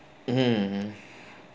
mmhmm